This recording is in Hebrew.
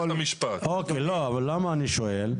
למה אני שואל?